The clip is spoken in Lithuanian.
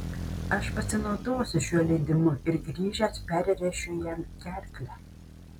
aš pasinaudosiu šiuo leidimu ir grįžęs perrėšiu jam gerklę